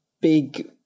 big